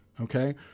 Okay